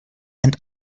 and